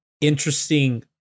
interesting